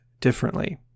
differently